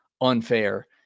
unfair